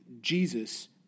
Jesus